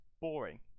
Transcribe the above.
boring